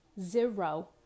zero